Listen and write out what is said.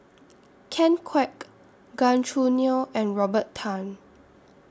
Ken Kwek Gan Choo Neo and Robert Tan